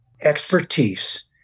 expertise